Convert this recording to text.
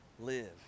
live